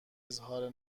اظهار